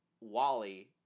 Wally